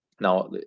Now